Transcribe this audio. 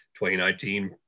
2019